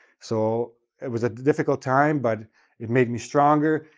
so it was a difficult time, but it made me stronger.